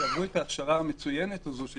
שעברו את ההכשרה המצוינת הזאת של